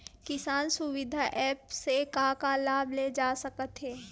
किसान सुविधा एप्प से का का लाभ ले जा सकत हे?